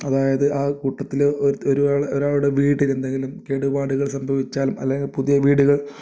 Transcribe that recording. അതായത് ആ കൂട്ടത്തിലെ ഒരു ഒരുവാളെ ഒരാളുടെ വീട്ടിനെന്തെങ്കിലും കേടുപാടുകൾ സംഭവിച്ചാലും അല്ലെങ്കിൽ പുതിയ വീടുകൾ